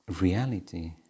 reality